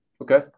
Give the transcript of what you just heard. Okay